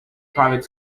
private